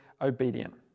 obedient